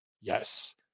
Yes